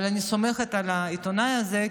אבל אני סומכת על העיתונאי הזה,